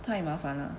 太麻烦了